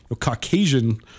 Caucasian